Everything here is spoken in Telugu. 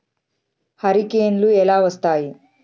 హరికేన్లు ఎలా వస్తాయి?